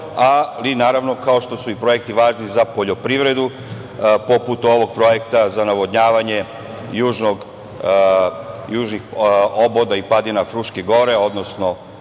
ali i naravno kao što su projekti važni za poljoprivredu, poput projekta za navodnjavanje južnih oboda i padina Fruške gore, odnosno